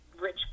rich